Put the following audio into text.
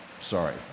sorry